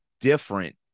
different